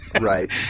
right